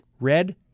red